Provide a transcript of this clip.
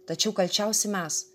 tačiau kalčiausi mes